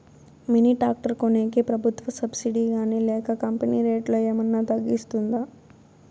Mini tractor కొనేకి ప్రభుత్వ subsidy గాని లేక కంపెని రేటులో ఏమన్నా తగ్గిస్తుందా?